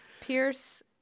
Pierce